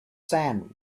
sand